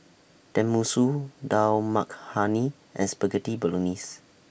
Tenmusu Dal Makhani and Spaghetti Bolognese